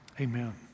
Amen